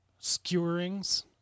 skewerings